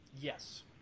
Yes